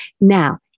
Now